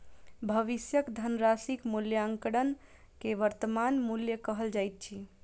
भविष्यक धनराशिक मूल्याङकन के वर्त्तमान मूल्य कहल जाइत अछि